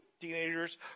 Teenagers